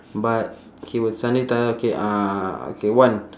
but he would suddenly tell okay uh okay wan